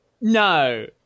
No